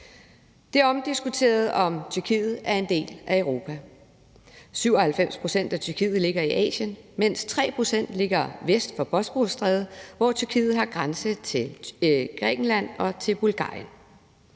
er omdiskuteret, om Tyrkiet er en del af Europa. 97 pct. af Tyrkiet ligger i Asien, mens 3 pct. ligger vest for Bosporusstrædet, og her har Tyrkiet grænse til Grækenland og til Bulgarien.